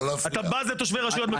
אתה בז לתושבי רשויות מקומיות.